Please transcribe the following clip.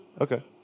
Okay